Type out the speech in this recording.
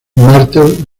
martel